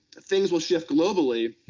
things will shift globally,